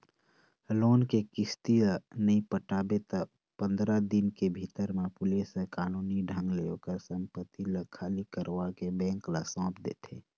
loan के किस्ती ल नइ पटाबे त पंदरा दिन के भीतर म पुलिस ह कानूनी ढंग ले ओखर संपत्ति ल खाली करवाके बेंक ल सौंप देथे